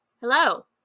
Hello